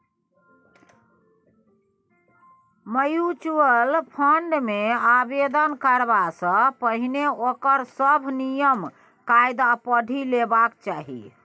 mutual fund मे आवेदन करबा सँ पहिने ओकर सभ नियम कायदा पढ़ि लेबाक चाही